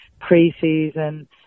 pre-season